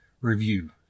review